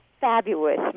Fabulous